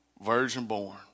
virgin-born